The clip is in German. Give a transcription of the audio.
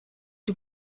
die